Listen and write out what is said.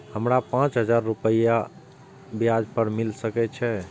हमरा पाँच हजार रुपया ब्याज पर मिल सके छे?